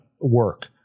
work